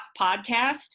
Podcast